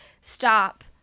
Stop